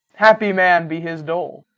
happy man be his dole!